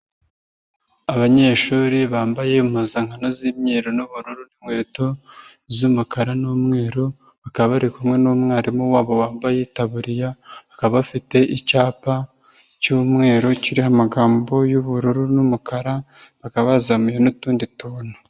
Abanyeshuri bambaye impuzankano z'imyeru n'ubururu n' inkweto z'umukara n'umweru, bakaba bari kumwe n'umwarimu wabo wambaye itaburiya, bakaba bafite icyapa cy'umweru, kiriho amagambo y'ubururu n'umukara, bakaba bazamuye n'utundi tuntu.